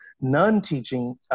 non-teaching